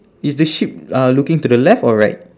is the sheep uh looking to the left or right